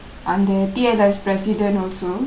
அந்த:andtha T_L_S president also